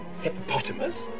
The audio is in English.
hippopotamus